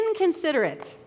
Inconsiderate